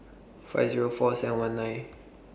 five Zero four seven one nine